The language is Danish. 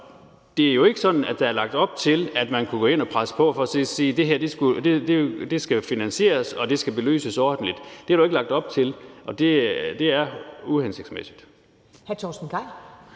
det er jo ikke sådan, at der er lagt op til, at man kan gå ind og presse på for at sige: Det her skal finansieres, og det skal belyses ordentligt. Det er der jo ikke lagt op til, og det er uhensigtsmæssigt.